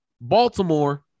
baltimore